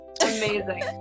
Amazing